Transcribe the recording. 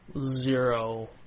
zero